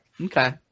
Okay